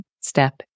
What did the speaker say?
step